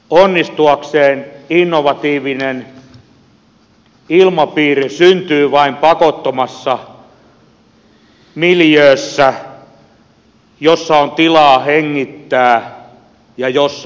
onnistuakseen innovatiivinen ilmapiiri syntyy vain pakottomassa miljöössä jossa on tilaa hengittää ja jossa on aikaa